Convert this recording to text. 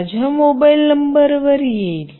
माझ्या मोबाइल नंबरवर येईल